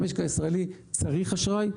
המשק הישראלי צריך אשראי ,